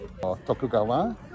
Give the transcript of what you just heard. Tokugawa